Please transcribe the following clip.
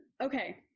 okay